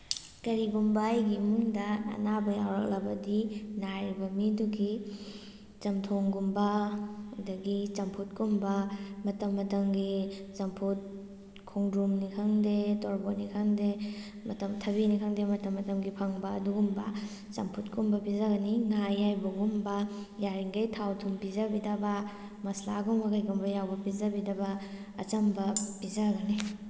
ꯀꯔꯤꯒꯨꯝꯕ ꯑꯩꯒꯤ ꯏꯃꯨꯡꯗ ꯑꯅꯕ ꯌꯧꯔꯛꯂꯕꯗꯤ ꯅꯥꯔꯤꯕ ꯃꯤꯗꯨꯒꯤ ꯆꯝꯊꯣꯡꯒꯨꯝꯕ ꯑꯗꯒꯤ ꯆꯝꯐꯨꯠ ꯀꯨꯝꯕ ꯃꯇꯝ ꯃꯇꯝꯒꯤ ꯆꯝꯐꯨꯠ ꯈꯣꯡꯗ꯭ꯔꯨꯝꯅꯤ ꯈꯪꯗꯦ ꯇꯣꯔꯣꯕꯣꯠꯅꯤ ꯈꯪꯗꯦ ꯃꯇꯝ ꯊꯕꯤꯅꯤ ꯈꯪꯗꯦ ꯃꯇꯝ ꯃꯇꯝꯒꯤ ꯐꯪꯕ ꯑꯗꯨꯒꯨꯝꯕ ꯆꯝꯐꯨꯠ ꯀꯨꯝꯕ ꯄꯤꯖꯒꯅꯤ ꯉꯥ ꯑꯌꯥꯏꯕꯒꯨꯝꯕ ꯌꯥꯔꯤꯉꯩ ꯊꯥꯎ ꯊꯨꯝ ꯄꯤꯖꯕꯤꯗꯕ ꯃꯁꯥꯂꯥꯒꯨꯝꯕ ꯀꯩꯒꯨꯝꯕ ꯌꯥꯎꯕ ꯄꯨꯖꯕꯤꯗꯕ ꯑꯆꯝꯕ ꯄꯤꯖꯒꯅꯤ